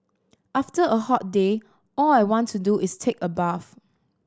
after a hot day all I want to do is take a bath